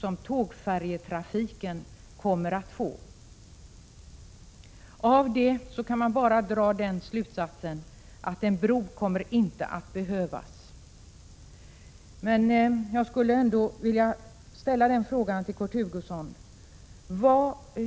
som tågfärjetrafiken kommer att få. Av detta kan man bara dra slutsatsen att en bro inte kommer att behövas. Men jag skulle ändå vilja ställa en fråga till Kurt Hugosson.